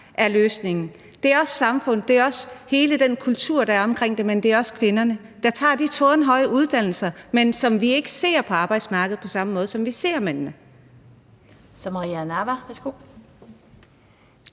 Det er også samfundet, og det er også hele den kultur, der er omkring det. Men det er også kvinderne, der tager de tårnhøje uddannelser, men som vi ikke ser på arbejdsmarkedet på samme måde, som vi ser mændene. Kl. 16:53 Den fg.